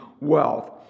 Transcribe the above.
wealth